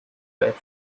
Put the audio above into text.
effort